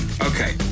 Okay